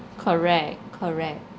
correct correct